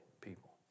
people